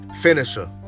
Finisher